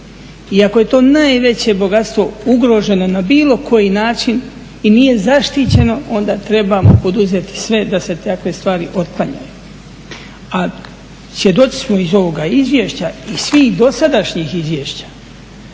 I ako je to najveće bogatstvo ugroženo na bilo koji način i nije zaštićeno, onda trebamo poduzeti sve da se takve stvari otklanjaju. A svjedoci smo iz ovoga izvješća i svih dosadašnjih izvješća,